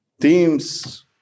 Teams